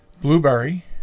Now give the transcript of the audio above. Blueberry